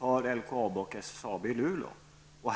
för LKAB och SSAB i Luleå.